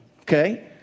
okay